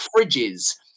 fridges